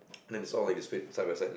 then they sort of like displayed side by side